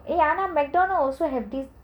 eh McDonalds also has this